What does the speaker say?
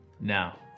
Now